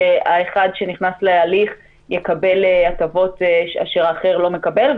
כשהאחד שנכנס להליך יקבל הטבות שהאחר לא מקבל.